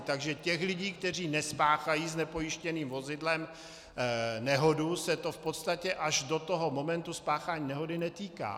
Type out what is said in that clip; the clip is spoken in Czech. Takže těch lidí, kteří nespáchají s nepojištěným vozidlem nehodu, se to v podstatě až do toho momentu spáchání nehody netýká.